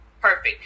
perfect